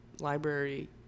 library